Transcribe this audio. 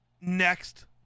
next